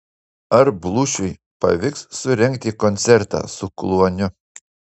ar blūšiui pavyks surengti koncertą su kluoniu